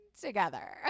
together